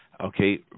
okay